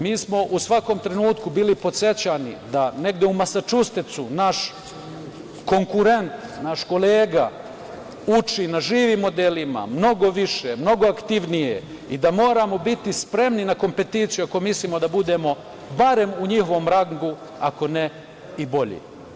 Mi smo u svakom trenutku bili podsećani da negde u Masačusetsu naš konkurent, naš kolega, uči na živim modelima mnogo više, mnogo aktivnije i da moramo biti spremni na kompeticiju ako mislimo da budemo barem u njihovom rangu, ako ne i bolji.